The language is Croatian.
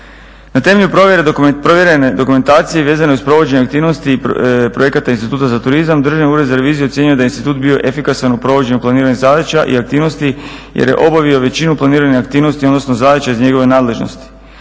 Na temelju provjerene dokumentacije vezane uz provođenje aktivnosti projekata i Instituta za turizam Državni ured za reviziju ocjenjuje da je institut bio efikasan u provođenju planiranih zadaća i aktivnosti, jer je obavio većinu planiranih aktivnosti odnosno zadaća iz njegove nadležnosti.